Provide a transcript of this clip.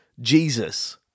Jesus